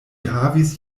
havis